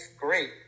great